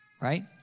Right